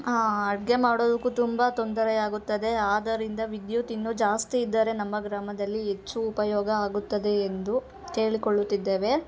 ಅಡುಗೆ ಮಾಡುವುದಕ್ಕೂ ತುಂಬ ತೊಂದರೆಯಾಗುತ್ತದೆ ಆದ್ದರಿಂದ ವಿದ್ಯುತ್ ಇನ್ನು ಜಾಸ್ತಿ ಇದ್ದರೆ ನಮ್ಮ ಗ್ರಾಮದಲ್ಲಿ ಎಚ್ಚು ಉಪಯೋಗ ಆಗುತ್ತದೆ ಎಂದು ಕೇಳಿಕೊಳ್ಳುತ್ತಿದ್ದೇವೆ